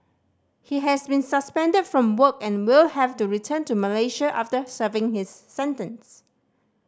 he has been suspended from work and will have to return to Malaysia after serving his sentence